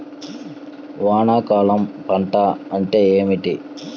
వానాకాలం పంట అంటే ఏమిటి?